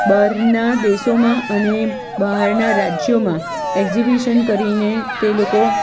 બહારનાં દેશોમાં અને બહારનાં રાજ્યોમાં એક્ઝિબિશન કરી ને તે લોકો